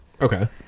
Okay